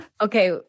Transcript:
Okay